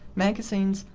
magazines,